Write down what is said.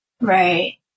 Right